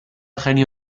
genio